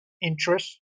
Interest